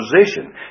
position